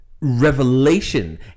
revelation